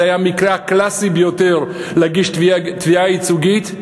זה היה המקרה הקלאסי להגיש תביעה ייצוגית,